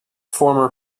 former